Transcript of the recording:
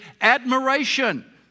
admiration